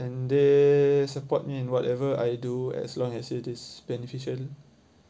and they support me in whatever I do as long as it is beneficial